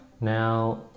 now